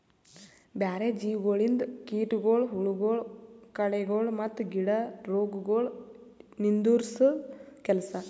ಬ್ಯಾರೆ ಜೀವಿಗೊಳಿಂದ್ ಕೀಟಗೊಳ್, ಹುಳಗೊಳ್, ಕಳೆಗೊಳ್ ಮತ್ತ್ ಗಿಡ ರೋಗಗೊಳ್ ನಿಂದುರ್ಸದ್ ಕೆಲಸ